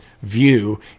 view